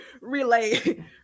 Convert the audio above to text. relay